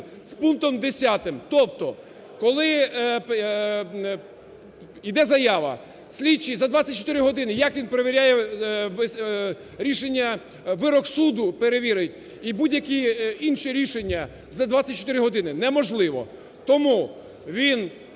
з пунктом 10. Тобто, коли йде заява, слідчий за 24 години, як він перевіряє рішення… вирок суду перевірить і будь-які інші рішення, за 24 години? Неможливо. Тому він…